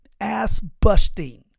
ass-busting